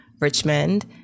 Richmond